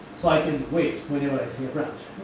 so, i can wait whenever i see a branch,